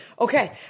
Okay